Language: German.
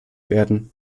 werden